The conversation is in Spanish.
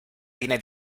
tiene